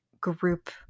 group